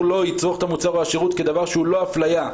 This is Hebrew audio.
לא יצרוך את המוצר או השירות כדבר שהוא לא אפליה,